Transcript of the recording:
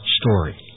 story